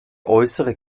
äußere